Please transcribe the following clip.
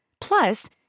Plus